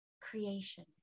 creation